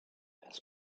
has